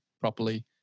properly